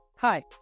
Hi